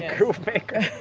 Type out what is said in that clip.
groove maker?